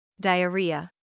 diarrhea